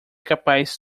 capaz